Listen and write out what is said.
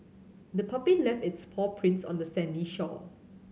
the puppy left its paw prints on the sandy shore